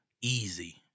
easy